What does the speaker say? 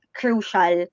crucial